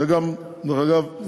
דרך אגב,